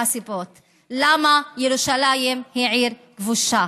מהסיבות למה ירושלים היא עיר כבושה